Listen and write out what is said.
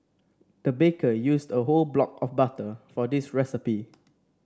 the baker used a whole block of butter for this recipe